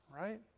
right